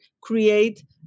create